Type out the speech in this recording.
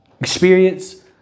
Experience